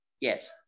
Yes